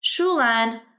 Shulan